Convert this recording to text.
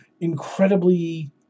incredibly